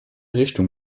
richtung